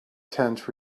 tent